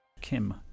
Kim